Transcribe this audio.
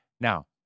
Now